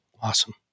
Awesome